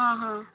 आं हां